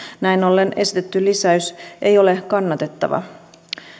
näin ollen esitetty lisäys ei ole kannatettava